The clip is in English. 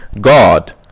God